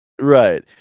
Right